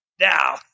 now